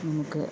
നമുക്ക്